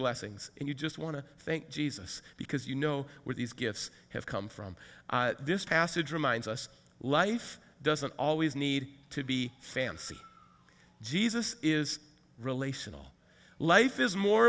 blessings and you just want to thank jesus because you know where these gifts have come from this passage reminds us life doesn't always need to be fancy jesus is relational life is more